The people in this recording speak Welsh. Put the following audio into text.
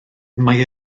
mae